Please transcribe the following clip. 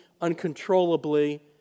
uncontrollably